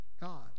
God